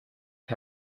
his